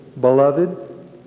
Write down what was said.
beloved